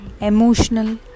emotional